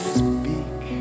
speak